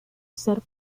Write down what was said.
ser